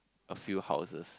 a few houses